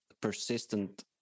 persistent